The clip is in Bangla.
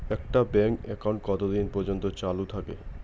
একটা ব্যাংক একাউন্ট কতদিন পর্যন্ত চালু থাকে?